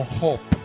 hope